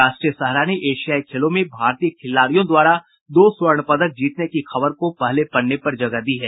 राष्ट्रीय सहारा ने एशियाई खेलो में भारतीय खिलाड़ियों द्वारा दो स्वर्ण पदक जीतने की खबर को पहले पन्ने पर जगह दी है